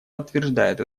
подтверждает